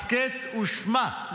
הסכת ושמע.